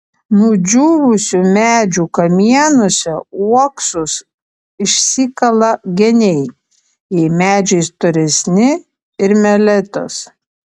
nudžiūvusių medžių kamienuose uoksus išsikala geniai jei medžiai storesni ir meletos